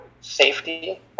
safety